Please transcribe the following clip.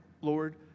Lord